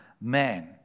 man